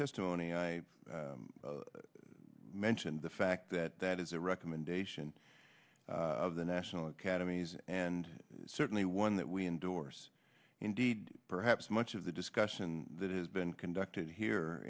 testimony i mentioned the fact that that is a recommendation of the national academies and certainly one that we endorse indeed perhaps much of the discussion that has been conducted here